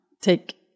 take